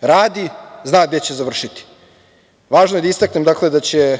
radi, zna gde će završiti. Važno je da istaknem da će